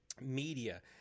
Media